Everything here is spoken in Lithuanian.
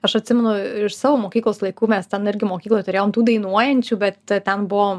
aš atsimenu iš savo mokyklos laikų mes ten irgi mokykloj turėjom tų dainuojančių bet ten buvom